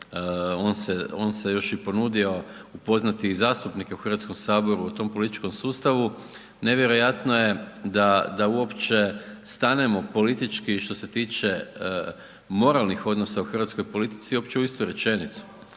on se još i ponudio upoznati i zastupnike u HS-u o tom političkom sustavu. Nevjerojatno je da uopće stanemo politički što se tiče moralnih odnosa u hrvatskoj politici uopće u istu rečenicu.